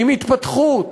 עם התפתחות,